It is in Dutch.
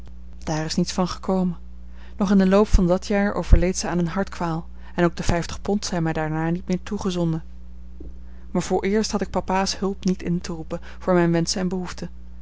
daar is niets van gekomen nog in den loop van dat jaar overleed zij aan eene hartkwaal en ook de vijftig pond zijn mij daarna niet meer toegezonden maar vooreerst had ik papa's hulp niet in te roepen voor mijne wenschen en behoeften